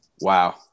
Wow